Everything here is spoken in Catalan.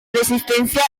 resistència